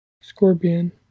Scorpion